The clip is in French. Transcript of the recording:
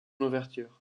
ouverture